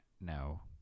No